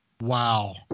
Wow